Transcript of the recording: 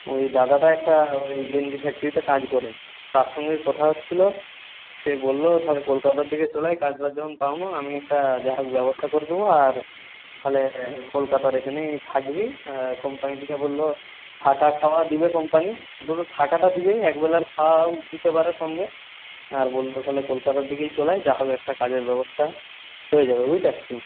ওই দাদাটা একটা ওই গেঞ্জি ফ্যাক্টরিতে কাজ করে তার সঙ্গেই কথা হচ্ছিলো সে বললো তাহলে কলকাতার দিকে চলে আয় কাজ ফাজ যখন পাও নু আমি একটা যা হোক ব্যবস্থা করে দেবো আর তাহলে কলকাতার এখানেই থাকবি কোম্পানি থেকে বললো থাকা খাওয়া দেবে কোম্পানি অন্তত থাকাটা দেবেই একবেলার খাওয়াও দিতে পারে সঙ্গে আর বললো লে কলকাতার দিকেই চলে আয় যা হবে একটা কাজের ব্যবস্থা হয়ে যাবে বুঝতে পারছ